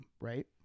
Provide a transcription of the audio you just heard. right